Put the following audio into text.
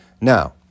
Now